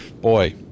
boy